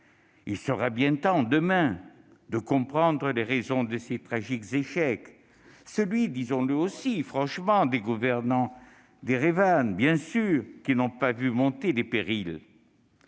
Il sera bien temps, demain, de comprendre les raisons de ces tragiques échecs, dont celui, disons-le franchement, des gouvernants d'Erevan, qui n'ont pas vu monter les périls.